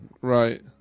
Right